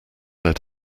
led